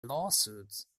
lawsuits